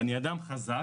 ואני אדם חזק,